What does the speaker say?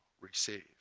receive